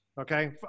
okay